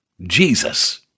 Jesus